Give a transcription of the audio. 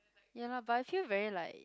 ya lah but I feel very like